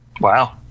Wow